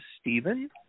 Stephen